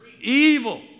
evil